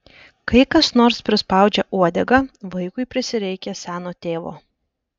kai kas nors prispaudžia uodegą vaikui prisireikia seno tėvo